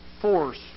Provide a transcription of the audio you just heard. force